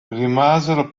rimasero